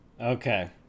Okay